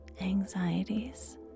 anxieties